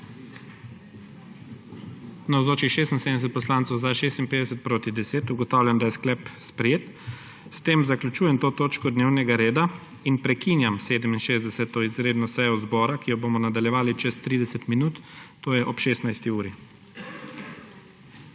10. (Za je glasovalo 56.) (Proti 10.) Ugotavljam, da je sklep sprejet. S tem zaključujem to točko dnevnega reda. Prekinjam 67. izredno sejo zbora, ki jo bomo nadaljevali čez 30 minut, to je ob 16. uri.